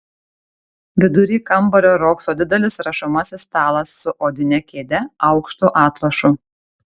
vidury kambario riogso didelis rašomasis stalas su odine kėde aukštu atlošu